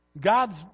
God's